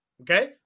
Okay